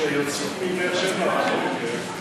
כשיוצאים מבאר שבע בבוקר,